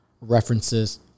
references